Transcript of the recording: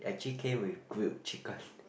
actually came with grilled chicken